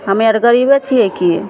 हम्मेआर गरीबे छियै की